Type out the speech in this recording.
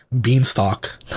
beanstalk